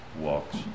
walks